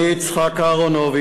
אני, יצחק אהרונוביץ,